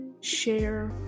share